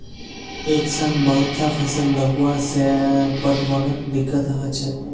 एक संग बहुतला फसल लगावा से पटवनोत दिक्कत ह छेक